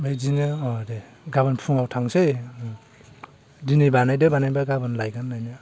ओमफ्राय बिदिनो दे गाबोन फुङाव थांनोसै दिनै बानायदो बानायनोबा गाबोन लायगोन लायनाया